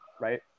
right